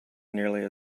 nearly